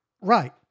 Right